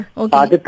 okay